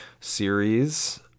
series